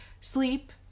Sleep